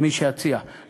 למי שיציע.